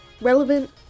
relevant